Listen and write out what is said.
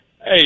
Hey